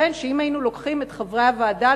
ייתכן שאם היינו לוקחים את חברי הוועדה